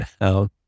down